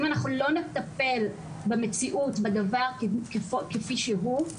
אם אנחנו לא נטפל במציאות בדבר כפי שהוא,